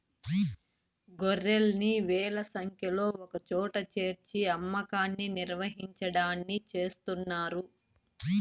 గొర్రెల్ని వేల సంఖ్యలో ఒకచోట చేర్చి అమ్మకాన్ని నిర్వహించడాన్ని చేస్తున్నారు